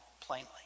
plainly